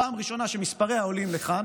פעם ראשונה שמספרי העולים לכאן